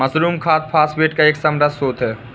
mushroom खाद phosphate का एक समृद्ध स्रोत है